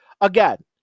again